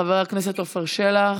חבר הכנסת עפר שלח.